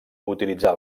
utilitzar